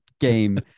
Game